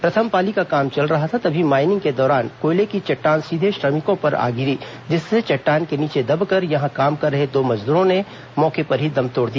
प्रथम पाली का काम चल रहा था तभी माइनिंग के दौरान कोयले की चट्टान सीधे श्रमिकों के उपर आ गिरा जिससे चट्टान के नीचे दबकर यहां काम कर रहे दो मजदूरों ने मौके पर ही दम तोड़ दिया